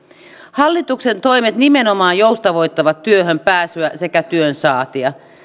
hallituksen toimet nimenomaan joustavoittavat työhön pääsyä sekä työnsaantia